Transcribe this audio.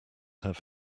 have